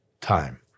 time